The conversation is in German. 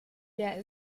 leer